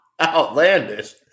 Outlandish